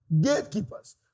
Gatekeepers